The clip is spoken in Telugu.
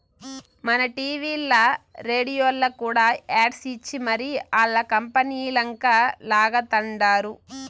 మన టీవీల్ల, రేడియోల్ల కూడా యాడ్స్ ఇచ్చి మరీ ఆల్ల కంపనీలంక లాగతండారు